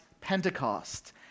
Pentecost